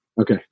Okay